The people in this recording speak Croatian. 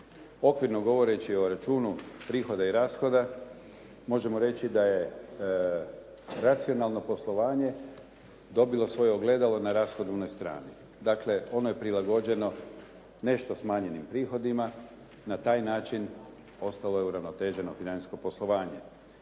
Okvirno govoreći o računu prihoda i rashoda možemo reći da je racionalno poslovanje dobilo svoje ogledalo na rashodovnoj strani. Dakle, ono je prilagođeno nešto smanjenim prihodima. Na taj način ostalo je uravnoteženo financijsko poslovanje.